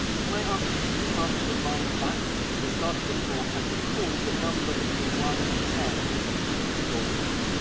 can i ask you to cast your mind back to the start of the talk and recall the number between one and ten you thought of?